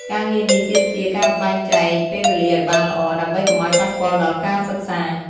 ការងារនេះទាមទារការបែងចែកពេលវេលាឲ្យបានល្អ ដើម្បីកុំឲ្យប៉ះពាល់ដល់ការសិក្សា។